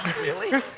really?